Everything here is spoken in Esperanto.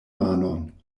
manon